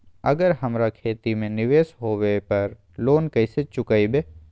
अगर हमरा खेती में निवेस होवे पर लोन कैसे चुकाइबे?